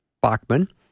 Bachman